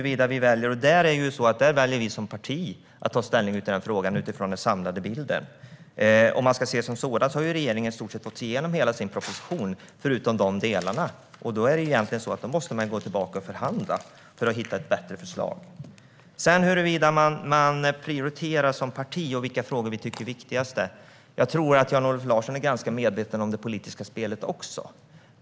Vi som parti väljer att ta ställning i denna fråga utifrån den samlade bilden. Regeringen har fått igenom i stort sett hela sin proposition, förutom dessa delar. Då måste man gå tillbaka och förhandla för att hitta ett bättre förslag. Beträffande hur man prioriterar som parti och vilka frågor vi tycker är viktiga tror jag att Jan-Olof Larsson också är ganska medveten om det politiska spelet.